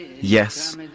Yes